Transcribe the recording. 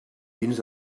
dins